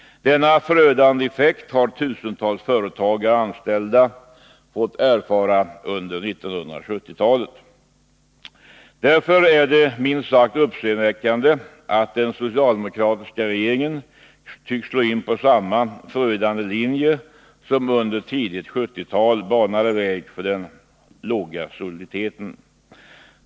Denna förödande effekt har tusentals företagare och anställda fått erfara under 1970-talet. Därför är det minst sagt uppseendeväckande att den socialdemokratiska regeringen tycks slå in på samma förödande linje som under tidigt 1970-tal banade väg för den låga soliditeten.